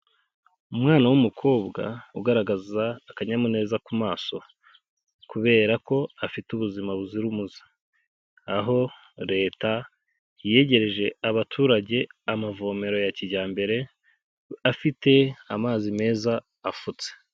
Umwana w'umukobwa ugaragaza akanyamuneza ku maso kubera ko afite ubuzima buzira umuze. Aho leta yegereje abaturage amavomero ya kijyambere, afite amazi meza afutse.